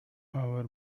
our